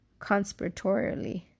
conspiratorially